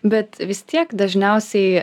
bet vis tiek dažniausiai